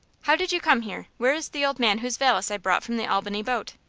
how did you come here? where is the old man whose valise i brought from the albany boat?